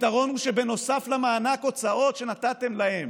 הפתרון הוא שנוסף למענק הוצאות שנתתם להם